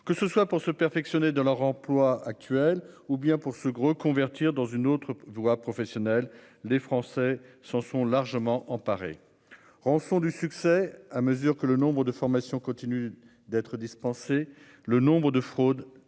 que ce soit pour se perfectionner dans leur emploi actuel ou bien pour ce gros convertir dans une autre voie professionnelle, les Français sont, sont largement emparés rançon du succès. À mesure que le nombre de formation continue d'être dispensé. Le nombre de fraudes lui